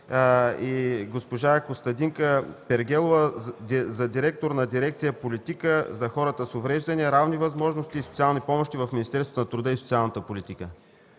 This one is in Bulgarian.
и госпожа Костадинка Пергелова – директор на дирекция „Политика за хората с увреждания, равни възможности и социални помощи” в Министерството на труда и социалната политика.